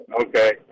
Okay